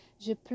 Je